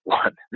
one